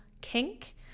kink